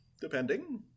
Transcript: depending